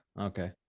Okay